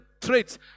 traits